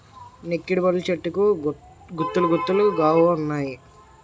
నెక్కిడిపళ్ళు చెట్టుకు గుత్తులు గుత్తులు గావున్నాయి